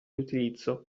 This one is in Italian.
utilizzo